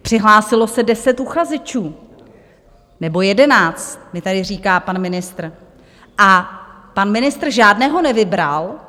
Přihlásilo se deset uchazečů nebo jedenáct, jak mi tady říká pan ministr, a pan ministr žádného nevybral.